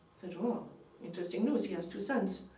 um interesting news, he has two sons.